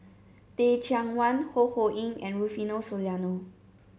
Teh Cheang Wan Ho Ho Ying and Rufino Soliano